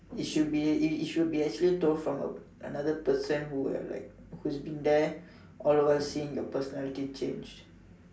it should be it should be actually told from a another person who have like who's been there all the while seeing your personality changed